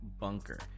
Bunker